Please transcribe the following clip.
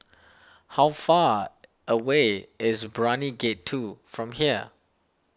how far away is Brani Gate two from here